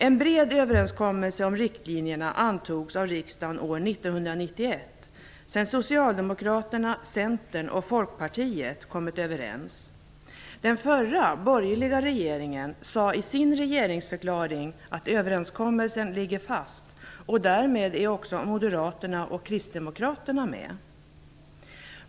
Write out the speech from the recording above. En bred överenskommelse om riktlinjerna antogs av riksdagen år 1991 sedan Socialdemokraterna, Centern och Folkpartiet kommit överens. Den förra borgerliga regeringen sade i sin regeringsförklaring att överenskommelsen ligger fast, och därmed är också moderaterna och kristdemokraterna med.